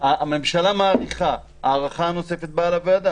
אם הממשלה מאריכה, הארכה נוספת באה לוועדה?